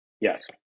Yes